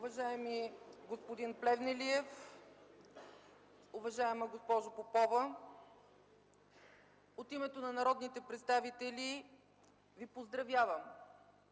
Уважаеми господин Плевнелиев, уважаема госпожо Попова, от името на народните представители Ви поздравявам